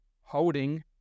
holding